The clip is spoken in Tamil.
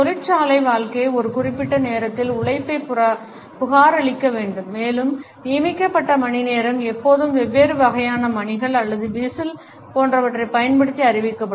தொழிற்சாலை வாழ்க்கை ஒரு குறிப்பிட்ட நேரத்தில் உழைப்பைப் புகாரளிக்க வேண்டும் மேலும் நியமிக்கப்பட்ட மணிநேரம் எப்போதும் வெவ்வேறு வகையான மணிகள் அல்லது விசில் போன்றவற்றைப் பயன்படுத்தி அறிவிக்கப்படும்